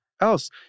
else